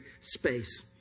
space